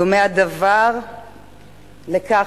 דומה הדבר לכך,